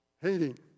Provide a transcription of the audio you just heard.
hating